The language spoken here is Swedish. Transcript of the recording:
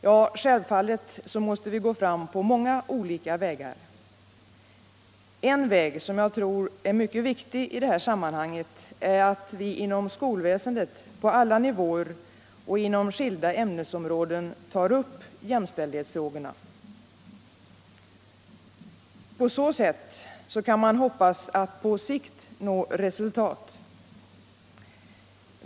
Ja, självfallet måste vi gå fram på många olika vägar. En väg som jag tror är mycket viktig i sammanhanget är att vi inom skolväsendet på alla nivåer och inom skilda ämnesområden tar upp jämställdhetsfrågorna. På så sätt kan man hoppas att på sikt nå resultat.